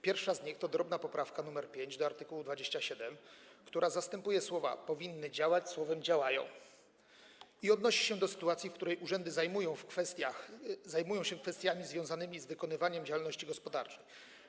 Pierwsza z nich to drobna poprawka nr 5 do art. 27, która zastępuje słowa „powinny działać” słowem „działają” i odnosi się do sytuacji, w której urzędy zajmują się kwestiami związanymi z wykonywaniem działalności gospodarczej.